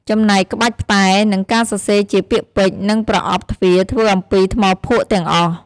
ចំណែកក្បាច់ផ្តែរ និងការសរសេរជាពាក្យពេចន៍ និងប្រអប់ទ្វារធ្វើអំពីថ្មភក់ទាំងអស់។